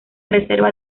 reserva